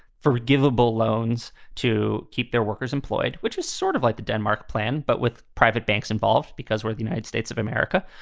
forgivable loans to keep their workers employed, which was sort of like the denmark plan, but with private banks involved because we're the united states of america.